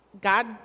god